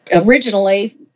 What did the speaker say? originally